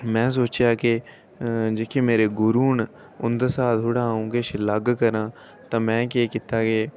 में सोचेआ कि जेह्के मेरे गुरु न उं'दे शा थोह्ड़ा अ'ऊं किश अलग करां ते में केह् कीता कि